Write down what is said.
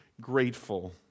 grateful